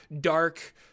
dark